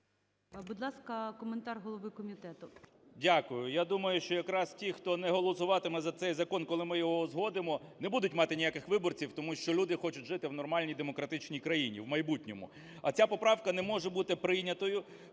Будь ласка, коментар голови комітету. 10:30:59 КНЯЖИЦЬКИЙ М.Л. Дякую. Я думаю, що якраз ті, хто не голосуватиме за цей закон, коли ми його узгодимо, не будуть мати ніяких виборців, тому що люди хочуть жити в нормальній демократичній країні в майбутньому. А ця поправка не може бути прийнятою